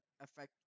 affect